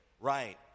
Right